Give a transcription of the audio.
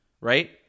right